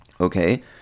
okay